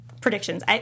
predictions